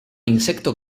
insectos